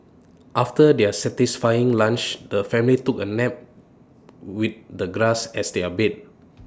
after their satisfying lunch the family took A nap with the grass as their bed